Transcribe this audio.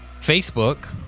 Facebook